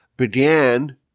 began